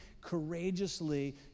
courageously